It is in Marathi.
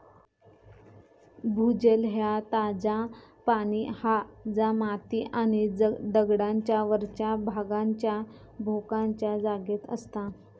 भूजल ह्या ताजा पाणी हा जा माती आणि दगडांच्या वरच्या भागावरच्या भोकांच्या जागेत असता